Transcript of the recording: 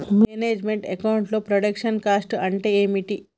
Manage meant account లో production cost అంటే ఏమిటి?